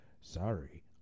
Sorry